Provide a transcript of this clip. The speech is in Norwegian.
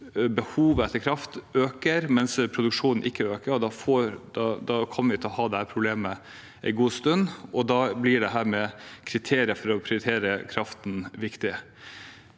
Behovet for kraft øker, men produksjonen øker ikke. Da kommer vi til å ha dette problemet en god stund, og da blir kriterier for å prioritere kraften viktig.